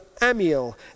Amiel